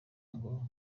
ngo